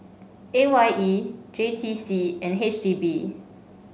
A Y E J T C and H D B